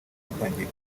ritangiye